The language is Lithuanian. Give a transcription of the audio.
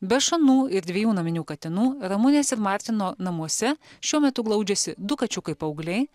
be šanų ir dviejų naminių katinų ramunės ir martino namuose šiuo metu glaudžiasi du kačiukai paaugliai